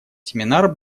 семинар